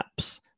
apps